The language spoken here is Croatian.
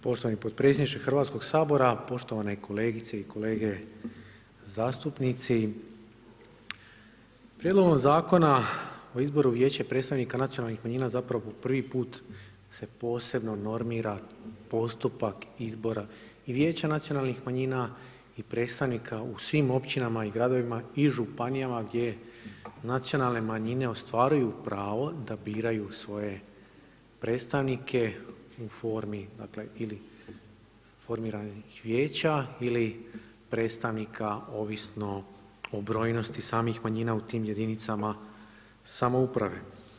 Poštovani podpredsjedniče Hrvatskog sabora, poštovane kolegice i kolege zastupnici, Prijedlogom Zakona o izboru vijeća i predstavnika nacionalnih manjina zapravo po prvi put se posebno normira postupak izbora i vijeća nacionalnih manjina i predstavnika u svim općinama i gradovima i županijama gdje nacionalne manjine ostvaruju pravo da biraju svoje predstavnike u formi dakle ili formiranih vijeća ili predstavnika ovisno o brojnosti samih manjina u tim jedinicama samouprave.